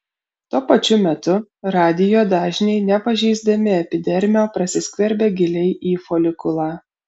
tuo pačiu metu radijo dažniai nepažeisdami epidermio prasiskverbia giliai į folikulą